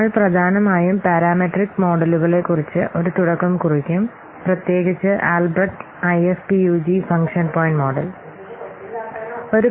നമ്മൾ പ്രധാനമായും പാരാമെട്രിക് മോഡലുകളെക്കുറിച്ച് ഒരു തുടക്കം കുറിക്കും പ്രത്യേകിച്ച് Albrecht IFPUG function point model Albrecht IFPUG function point